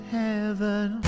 heaven